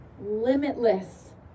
limitless